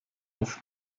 auf